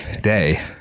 day